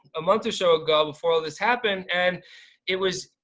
a month or so ago before all this happened. and it was,